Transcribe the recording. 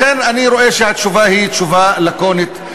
לכן, אני רואה שהתשובה היא תשובה לקונית.